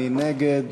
מי נגד?